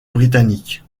britannique